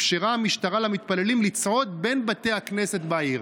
אפשרה המשטרה למתפללים לצעוד בין בתי הכנסת בעיר".